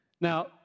Now